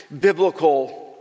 biblical